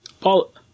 Paul